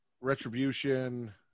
retribution